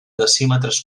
decímetres